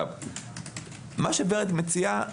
מה שוורד מציעה,